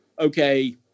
okay